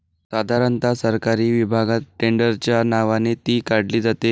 साधारणता सरकारी विभागात टेंडरच्या नावाने ती काढली जाते